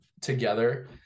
together